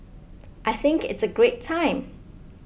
I think it's a great time